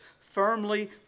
firmly